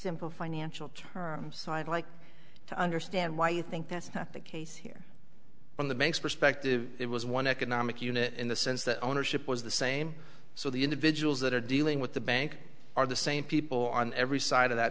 simple financial terms so i'd like to understand why you think that's not the case here on the banks perspective it was one economic unit in the sense that ownership was the same so the individuals that are dealing with the bank are the same people on every side of that